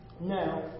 Now